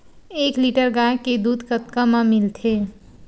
एक लीटर गाय के दुध कतका म मिलथे?